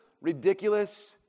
ridiculous